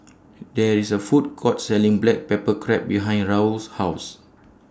There IS A Food Court Selling Black Pepper Crab behind Raul's House